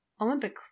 Olympic